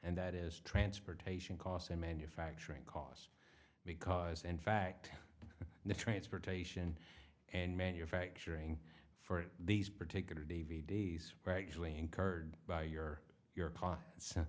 and that is transportation costs and manufacturing costs because in fact the transportation and manufacturing for these particular d v d s regularly incurred by your your